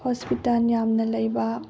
hospital ꯌꯥꯝꯅ ꯂꯩꯕ